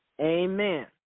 Amen